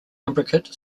imbricate